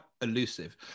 elusive